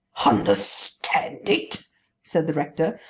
understand it! said the rector,